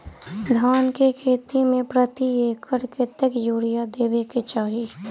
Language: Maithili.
धान केँ खेती मे प्रति एकड़ कतेक यूरिया देब केँ चाहि?